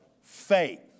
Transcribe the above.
faith